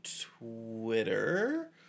Twitter